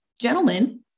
gentlemen